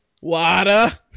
Water